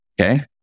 okay